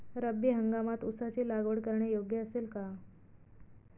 रब्बी हंगामात ऊसाची लागवड करणे योग्य असेल का?